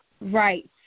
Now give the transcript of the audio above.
Right